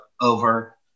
over